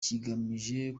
kigamije